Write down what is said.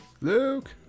Luke